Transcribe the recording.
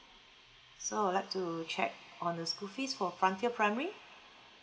so I'd like to check on the school fees for frontier primary